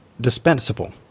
dispensable